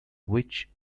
which